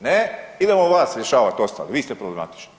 Ne, idemo vas rješavati ostali, vi ste problematični.